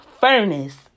furnace